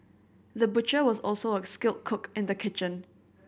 the butcher was also a skilled cook in the kitchen